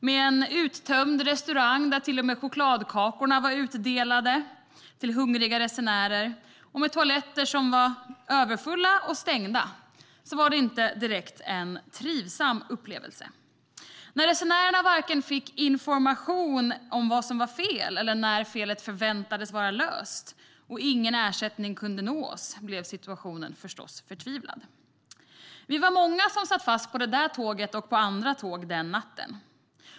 Med en uttömd restaurang där till och med chokladkakorna var utdelade till hungriga resenärer och med toaletter som var överfulla och stängda var det inte direkt en trivsam upplevelse. När vi resenärer inte fick information om vad som var fel eller om när felet förväntades vara löst och ingen ersättning kunde nå oss blev situationen förstås förtvivlad. Vi var många som satt fast på det tåget och på andra tåg den natten.